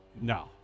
No